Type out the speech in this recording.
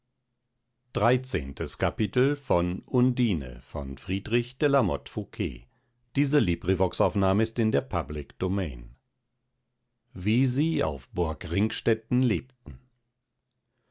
kapitel wie sie auf burg ringstetten lebten